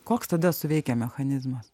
koks tada suveikia mechanizmas